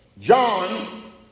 John